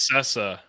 Sessa